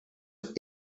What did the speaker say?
eight